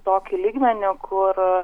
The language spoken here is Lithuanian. tokį lygmenį kur